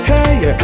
Hey